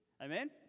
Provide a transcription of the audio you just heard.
Amen